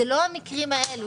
אלה לא המקרים האלה.